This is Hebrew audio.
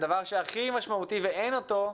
הדבר שהכי משמעותי ואין אותו,